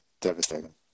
devastating